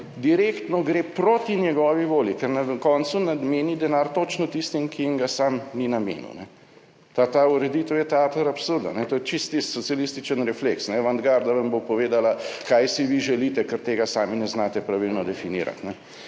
direktno gre proti njegovi volji, ker na koncu nameni denar točno tistim, ki jim ga sam ni namenil. Ta ureditev je teater absurda, to je čisto tisti socialističen refleks, avantgarda vam bo povedala kaj si vi želite, ker tega sami ne znate pravilno definirati.